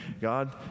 God